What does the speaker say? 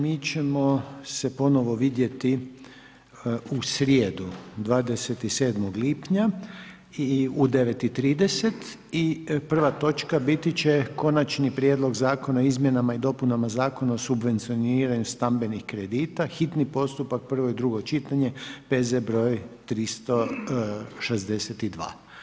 Mi ćemo se ponovo vidjeti u srijedu, 27. lipnja u 9,30 sati i prva točka biti će Konačni prijedlog Zakona o izmjenama i dopunama Zakona o subvencioniranju stambenih kredita, hitni postupak, prvo i drugo čitanje, P.Z. br. 362.